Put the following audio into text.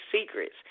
secrets